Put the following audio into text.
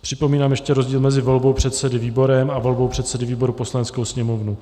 Připomínám ještě rozdíl mezi volbou předsedy výborem a volbou předsedy výboru Poslaneckou sněmovnou.